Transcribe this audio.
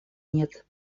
нет